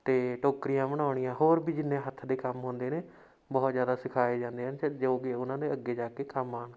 ਅਤੇ ਟੋਕਰੀਆਂ ਬਣਾਉਣੀਆਂ ਹੋਰ ਵੀ ਜਿੰਨੇ ਹੱਥ ਦੇ ਕੰਮ ਹੁੰਦੇ ਨੇ ਬਹੁਤ ਜ਼ਿਆਦਾ ਸਿਖਾਏ ਜਾਂਦੇ ਆ ਅਤੇ ਜੋ ਕਿ ਉਹਨਾਂ ਨੇ ਅੱਗੇ ਜਾ ਕੇ ਕੰਮ ਆਉਣ